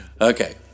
Okay